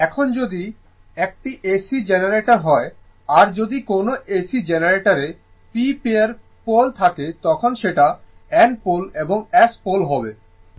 এখন এটি যদি একটি AC জেনারেটর হয় আর যদি কোনও AC জেনারেটরে p পেয়ার পোল থাকে তখন সেটা N পোল এবং S পোল হবে